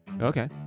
Okay